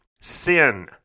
Sin